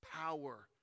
Power